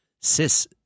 Cis